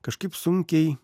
kažkaip sunkiai